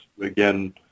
again